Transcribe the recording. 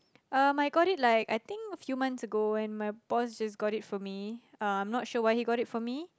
um I got it like a few months ago and my boss just got it for me I'm not sure why he got it for me